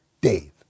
dave